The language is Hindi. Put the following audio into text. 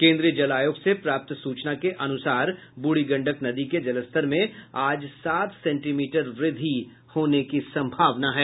केन्द्रीय जल आयोग से प्राप्त सूचना के अनुसार ब्रूढ़ी गंडक नदी के जलस्तर में आज सात सेंटीमीटर वृद्धि की संभावना है